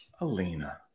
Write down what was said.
Alina